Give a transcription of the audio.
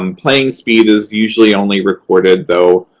um playing speed is usually only recorded, though,